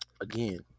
again